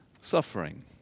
suffering